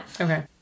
Okay